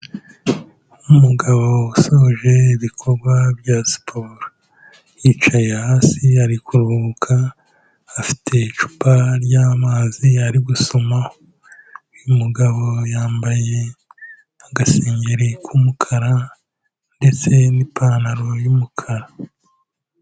Umugabo wasoje ibikorwa bya siporo yicaye hasi ari kuruhuka afite icupa ry'amazi ari gusomaho, uyu mugabo yambaye agasengeri k'umukara ndetse n'ipantaro y'umukara.